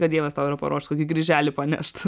ką dievas tau yra paruošęs kokį kryželį panešt